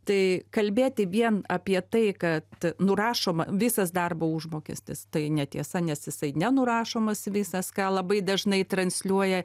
tai kalbėti vien apie tai kad nurašoma visas darbo užmokestis tai netiesa nes jisai nenurašomas visas ką labai dažnai transliuoja